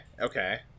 okay